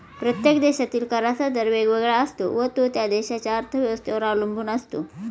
प्रत्येक देशातील कराचा दर वेगवेगळा असतो व तो त्या देशाच्या अर्थव्यवस्थेवर अवलंबून असतो